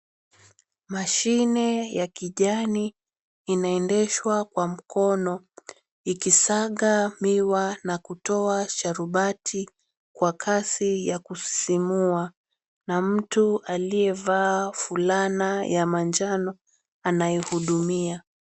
Mashine ya kijani inaendeshwa kwa mkono ikisaga miwa na kutoa sharubati kwa kasi ya kusisimua na mtu aliyevaa fulana ya manjano anaihudumia.